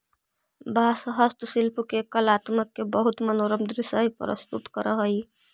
बाँस हस्तशिल्पि के कलात्मकत के बहुत मनोरम दृश्य प्रस्तुत करऽ हई